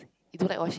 you don't like washing